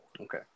Okay